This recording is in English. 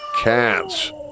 Cats